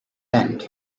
end